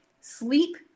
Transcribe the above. Sleep